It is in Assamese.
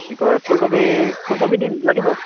কি কয় ফুলকবি ফুলকবি দিম লাগিব